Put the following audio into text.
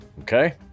okay